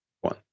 one